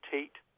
Tate